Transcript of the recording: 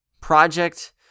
project